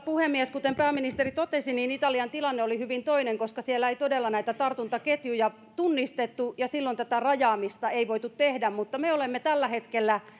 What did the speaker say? puhemies kuten pääministeri totesi niin italian tilanne oli hyvin toinen koska siellä ei todella näitä tartuntaketjuja tunnistettu ja silloin tätä rajaamista ei voitu tehdä mutta me olemme tällä hetkellä